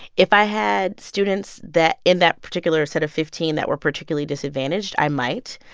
if i had students that in that particular set of fifteen that were particularly disadvantaged, i might.